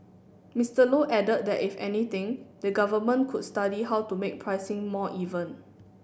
Mister Low added that if anything the Government could study how to make pricing more even